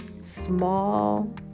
small